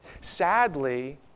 Sadly